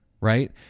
right